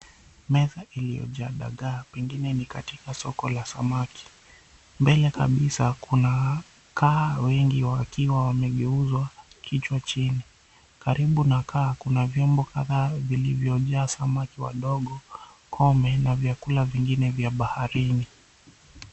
Meza iliyojaa dagaa pengine ni katika soko la samaki. Mbele kabisa kuna kaa wengi wakiwa wamegeuzwa kichwa chini. Karibu na kaa kuna vyombo kadhaa vilivyojaa samaki wadogo, kome na vyakula vingine vya baharini.